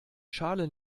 schale